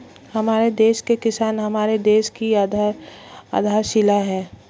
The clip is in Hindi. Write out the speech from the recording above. हमारे देश के किसान हमारे देश की आधारशिला है